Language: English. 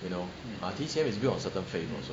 you know T_C_M is built on certain faith [what]